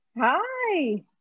Hi